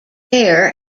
air